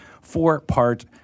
four-part